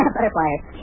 Butterflies